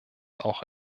auch